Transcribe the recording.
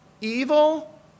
Evil